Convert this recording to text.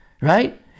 Right